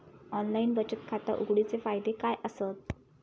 Online बचत खाता उघडूचे फायदे काय आसत?